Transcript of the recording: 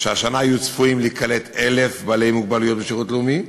שהשנה היו צפויים להיקלט 1,000 בעלי מוגבלויות בשירות לאומי,